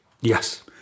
Yes